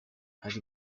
hari